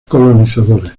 colonizadores